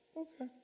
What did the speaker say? Okay